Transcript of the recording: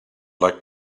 like